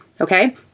okay